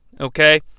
okay